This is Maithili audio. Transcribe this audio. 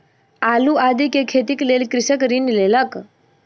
आलू आदि के खेतीक लेल कृषक ऋण लेलक